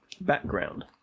background